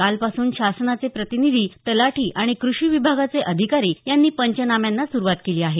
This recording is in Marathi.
कालपासून शासनाचे प्रतिनिधी तलाठी आणि कृषी विभागाचे अधिकारी यांनी पंचनाम्यांना सुरुवात केली आहे